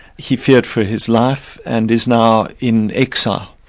he feared for his life and is now in exile.